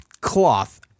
cloth